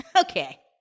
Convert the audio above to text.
Okay